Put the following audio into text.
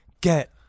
get